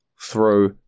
throw